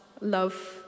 love